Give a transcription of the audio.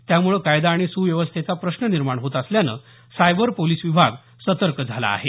त्यामुळे कायदा आणि सुव्यवस्थेचा प्रश्न निर्माण होत असल्यानं सायबर पोलीस विभाग सतर्क झाला आहे